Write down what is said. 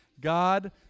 God